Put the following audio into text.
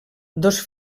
dos